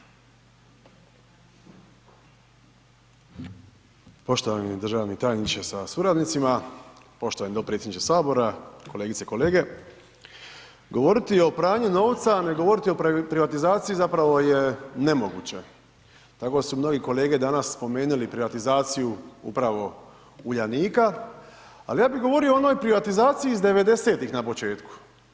Poštovani državni tajniče se suradnicima, poštovani dopredsjedniče sabora, kolegice i kolege, govoriti o pranju novca a ne govoriti o privatizaciji zapravo je nemoguće, tako su mnogi kolege danas spomenuli privatizaciju upravo Uljanika, al ja bi govorio o onoj privatizaciji iz '90. na početku.